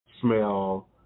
smell